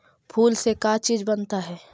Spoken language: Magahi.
फूल से का चीज बनता है?